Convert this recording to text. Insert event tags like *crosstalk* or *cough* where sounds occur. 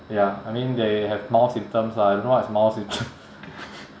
ya I mean they have mild symptoms lah I don't know what is mild symptoms *laughs*